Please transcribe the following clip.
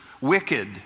Wicked